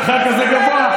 בשכר כזה גבוה,